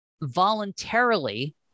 voluntarily